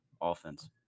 offense